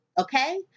okay